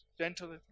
gentle